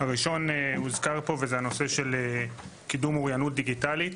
הראשון הוזכר פה וזה נושא קידום אוריינות דיגיטלית.